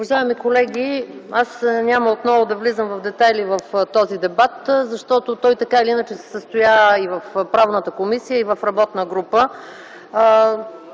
Уважаеми колеги! Аз няма отново да влизам в детайли в този дебат, защото той така или иначе се състоя и в Правната комисия, и в работната група.